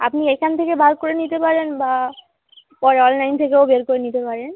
আপনি এখান থেকে বের করে নিতে পারেন বা পরে অনলাইন থেকেও বের করে নিতে পারেন